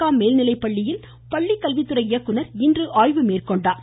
க மேல்நிலைப்பள்ளியில் பள்ளிக்கல்வித்துறை இயக்குனர் இன்று ஆய்வு மேற்கொண்டார்